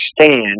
understand